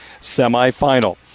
semifinal